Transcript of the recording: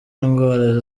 indwara